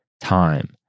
time